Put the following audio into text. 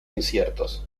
inciertos